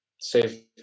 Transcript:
save